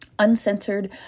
uncensored